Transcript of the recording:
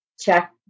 check